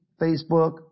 Facebook